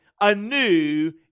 anew